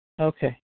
Okay